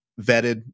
vetted